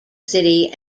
city